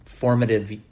formative